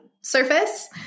surface